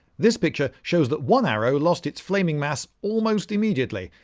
this picture shows that one arrow lost its flaming mass almost immediately.